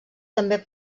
també